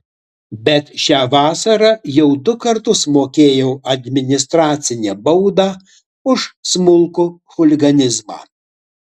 bet šią vasarą jau du kartus mokėjau administracinę baudą už smulkų chuliganizmą